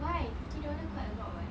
why fifty dollar quite a lot [what]